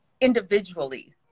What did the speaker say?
individually